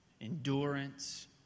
endurance